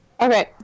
Okay